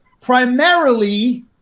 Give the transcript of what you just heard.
primarily